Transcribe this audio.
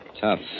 Tough